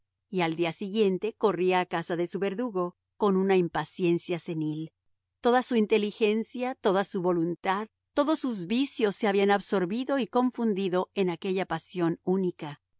y al día siguiente corría a casa de su verdugo con una impaciencia senil toda su inteligencia toda su voluntad todos sus vicios se habían absorbido y confundido en aquella pasión única